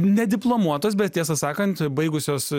nediplomuotos bet tiesą sakant baigusios